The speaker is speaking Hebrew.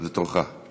זה תורך.